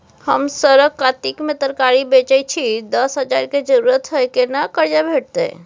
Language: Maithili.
हम सरक कातिक में तरकारी बेचै छी, दस हजार के जरूरत हय केना कर्जा भेटतै?